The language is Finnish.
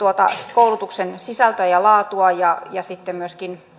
koulutuksen sisältöä ja laatua ja ja sitten myöskin